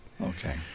Okay